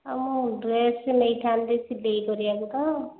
ହଁ ମୁଁ ଡ୍ରେସ୍ ନେଇଥାନ୍ତି ସିଲେଇ କରିବାକୁ ତ